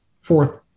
fourth